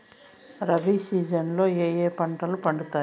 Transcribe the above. rabi season లో ఏ ఏ పంటలు పండుతాయి